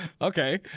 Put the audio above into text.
okay